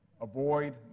avoid